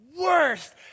worst